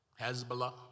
Hezbollah